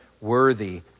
worthy